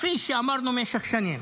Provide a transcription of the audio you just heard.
כפי שאמרנו במשך שנים.